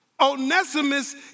Onesimus